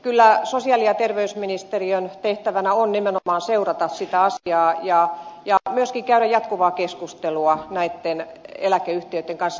kyllä sosiaali ja terveysministeriön tehtävänä on nimenomaan seurata sitä asiaa ja myöskin käydä jatkuvaa keskustelua näitten eläkeyhtiöitten kanssa